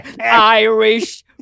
Irish